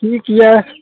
ठीक यऽ